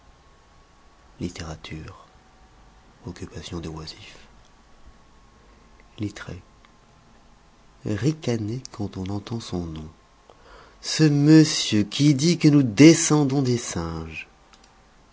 littérature occupation des oisifs littre ricaner quand on entend son nom ce monsieur qui dit que nous descendons des singes